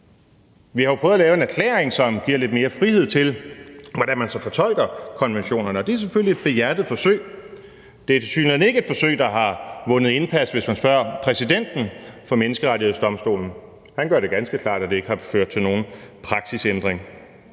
Vi har jo prøvet at lave en erklæring, som giver lidt mere frihed til, hvordan man så fortolker konventionerne, og det er selvfølgelig et behjertet forsøg. Det er tilsyneladende ikke et forsøg, der har vundet indpas, hvis man spørger præsidenten for Menneskerettighedsdomstolen. Han gør det ganske klart, at det ikke har ført til nogen praksisændring.